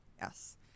Yes